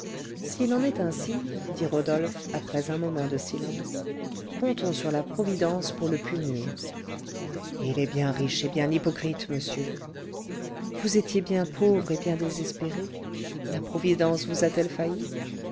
s'il en est ainsi dit rodolphe après un moment de silence comptons sur la providence pour le punir il est bien riche et bien hypocrite monsieur vous étiez bien pauvre et bien désespéré la providence vous a-t-elle failli